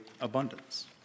abundance